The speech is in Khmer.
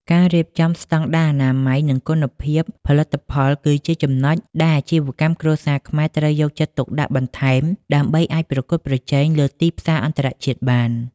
ការរៀបចំស្តង់ដារអនាម័យ និងគុណភាពផលិតផល គឺជាចំណុចដែលអាជីវកម្មគ្រួសារខ្មែរត្រូវយកចិត្តទុកដាក់បន្ថែមដើម្បីអាចប្រកួតប្រជែងលើទីផ្សារអន្តរជាតិបាន។